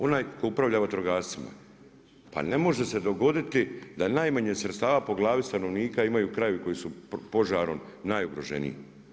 Onaj tko upravlja vatrogascima pa ne može se dogoditi da najmanje sredstava po glavi stanovnika imaju krajevi koji su požarom najugroženiji.